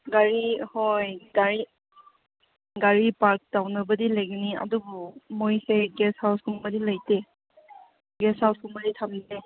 ꯒꯥꯔꯤ ꯍꯣꯏ ꯒꯥꯔꯤ ꯒꯥꯔꯤ ꯄꯥꯔꯛ ꯇꯧꯅꯕꯗꯤ ꯂꯩꯒꯅꯤ ꯑꯗꯨꯕꯨ ꯃꯣꯏꯁꯦ ꯒꯦꯁ ꯍꯥꯎꯁ ꯀꯨꯝꯕꯗꯤ ꯂꯩꯇꯦ ꯒꯦꯁ ꯍꯥꯎꯁ ꯀꯨꯝꯕꯗꯤ ꯊꯝꯗꯦ